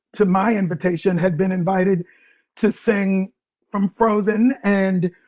to my invitation had been invited to sing from frozen. and,